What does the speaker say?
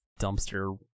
dumpster